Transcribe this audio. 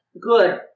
good